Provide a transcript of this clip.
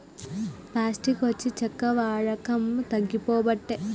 plastic వచ్చి చెక్క వాడకం తగ్గిపోబట్టే